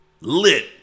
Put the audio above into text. Lit